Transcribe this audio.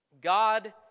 God